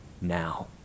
Now